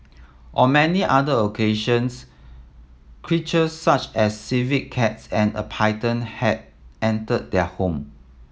on many other occasions creatures such as civet cats and a python have entered their home